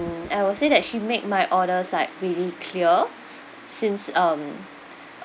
I will say that she make my orders like really clear since um